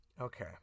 Okay